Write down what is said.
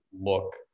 look